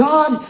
God